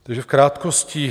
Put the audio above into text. Takže v krátkosti.